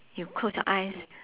you close your eyes